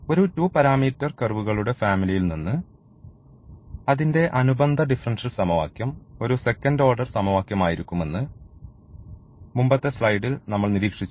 ഒരു 2 പരാമീറ്റർ കർവുകകളുടെ ഫാമിലിയിൽ നിന്ന് അതിൻറെ അനുബന്ധ ഡിഫറൻഷ്യൽ സമവാക്യം ഒരു സെക്കൻഡ് ഓർഡർ സമവാക്യം ആയിരിക്കുമെന്ന് മുമ്പത്തെ സ്ലൈഡിൽ നമ്മൾ നിരീക്ഷിച്ചു